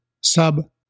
sub